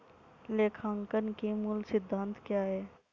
लेखांकन के मूल सिद्धांत क्या हैं?